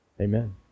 amen